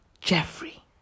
Jeffrey